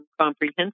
comprehensive